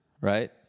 right